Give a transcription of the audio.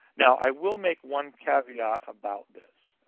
now i will make one caveat about this.